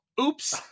oops